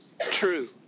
true